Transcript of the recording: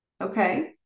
Okay